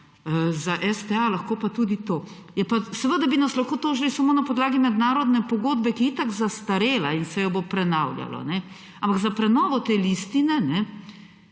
za STA, lahko pa tudi za to. Seveda bi nas lahko tožili samo na podlagi mednarodne pogodbe, ki je itak zastarela in se jo bo prenavljalo. Ampak za prenovo te listine